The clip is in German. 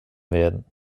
werden